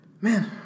Man